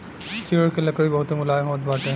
चीड़ के लकड़ी बहुते मुलायम होत बाटे